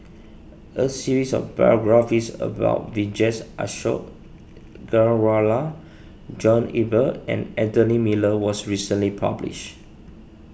a series of biographies about Vijesh Ashok Ghariwala John Eber and Anthony Miller was recently published